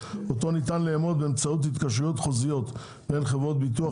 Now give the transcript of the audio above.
אותו ניתן לאמוד באמצעות התקשרויות חוזיות בין חברת ביטוח